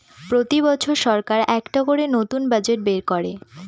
প্রতি বছর সরকার একটা করে নতুন বাজেট বের করে